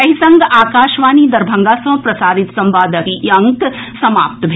एहि संग आकाशवाणी दरभंगा सँ प्रसारित संवादक ई अंक समाप्त भेल